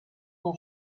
ton